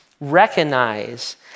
recognize